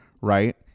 right